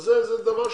זה דבר שולי.